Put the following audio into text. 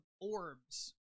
orbs